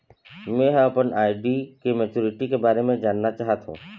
में ह अपन आर.डी के मैच्युरिटी के बारे में जानना चाहथों